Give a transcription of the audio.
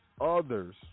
others